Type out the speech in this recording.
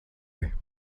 year